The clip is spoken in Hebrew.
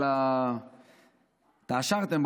התעשרתם,